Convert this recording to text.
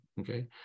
Okay